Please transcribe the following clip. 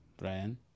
Brian